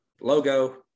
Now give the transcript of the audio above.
logo